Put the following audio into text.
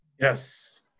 Yes